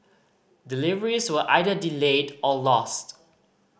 deliveries were either delayed or lost